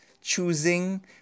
choosing